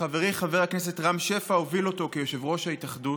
שחברי חבר הכנסת רם שפע הוביל אותו כיושב-ראש התאחדות,